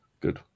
Good